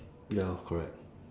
ya correct